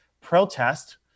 protest